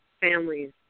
families